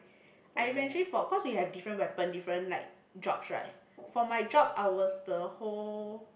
I eventually for cause we have different weapon different like jobs right for my job I was the whole